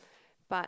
but